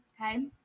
Okay